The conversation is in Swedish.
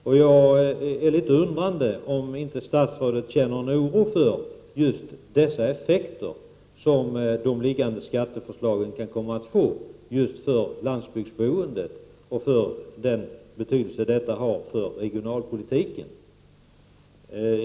Känner inte statsrådet en oro för de effekter som de föreslagna ändringarna kan komma att få just för landsbygdsboendet och för den betydelse detta har för regionalpolitiken?